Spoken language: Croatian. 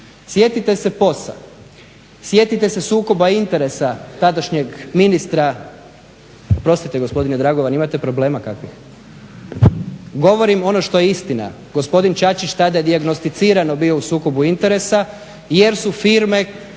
Sjetite se POS-a, sjetite se sukoba interesa tadašnjeg ministra. Oprostite gospodine Dragovan, imate problema kakvih? Govorim ono što je istina, gospodin Čačić tada je dijagnosticirano bio u sukobu interesa, jer su firme